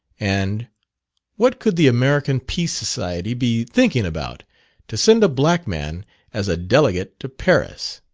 and what could the american peace society be thinking about to send a black man as a delegate to paris.